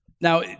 Now